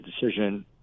decision